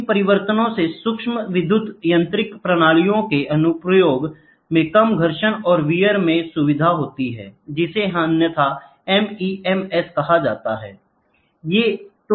इन परिवर्तनों से सूक्ष्म विद्युत यांत्रिक प्रणालियों के अनुप्रयोग में कम घर्षण और वियर में सुविधा होती है जिसे अन्यथा MEMS कहा जाता है